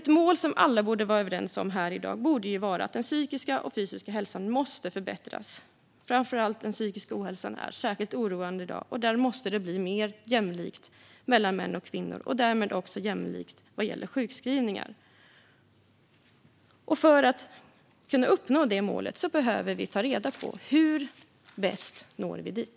Ett mål som alla borde vara överens om här i dag är att den psykiska och fysiska hälsan måste förbättras. Framför allt den psykiska ohälsan är särskilt oroande, och där måste det bli mer jämlikt mellan män och kvinnor - och därmed också jämlikt vad gäller sjukskrivningar. För att uppnå det målet behöver vi ta reda på hur vi bäst når dit.